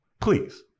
please